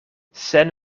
sen